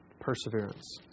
perseverance